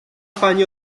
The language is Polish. pani